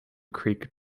creek